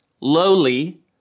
lowly